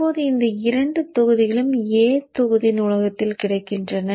இப்போது இந்த இரண்டு தொகுதிகளும் A தொகுதி நூலகத்தில் கிடைக்கின்றன